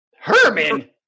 Herman